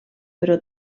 però